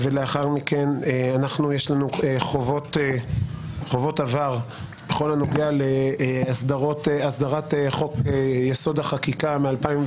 לאחר מכן יש לנו חובות עבר בכל הנוגע להסדרת חוק יסוד: החקיקה מ-2017.